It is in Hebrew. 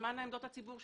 תשמענה עמדות הציבור.